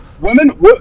women